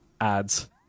Ads